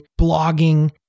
blogging